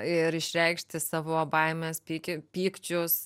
ir išreikšti savo baimes pyki pykčius